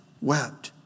wept